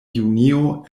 junio